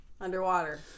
Underwater